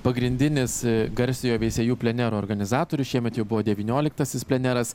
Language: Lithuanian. pagrindinis garsiojo veisiejų plenero organizatorius šiemet jau buvo devynioliktasis pleneras